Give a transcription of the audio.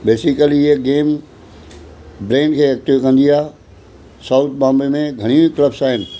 basically हीअ game brain खे active कंदी आहे साउथ बॉम्बे में घणियूं ई क्लब्स आहिनि